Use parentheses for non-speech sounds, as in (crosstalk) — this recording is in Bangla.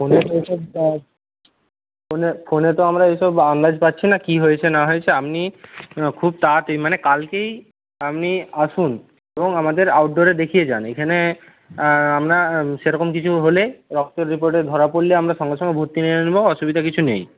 ফোনে তো ওই সব (unintelligible) ফোনে ফোনে তো আমরা এইসব আন্দাজ পাচ্ছি না কী হয়েছে না হয়েছে আপনি (unintelligible) খুব (unintelligible) মানে কালকেই আপনি আসুন এবং আমাদের আউট ডোরে দেখিয়ে যান এইখানে আপনার সেরকম কিছু হলেই রক্তের রিপোর্টে ধরা পড়লে আমরা সঙ্গে সঙ্গে ভর্তি নিয়ে নেব অসুবিধা কিছু নেই